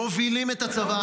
מובילים את הצבא.